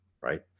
right